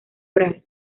oral